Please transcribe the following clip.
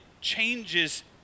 changes